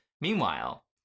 Meanwhile